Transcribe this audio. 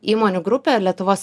įmonių grupė lietuvos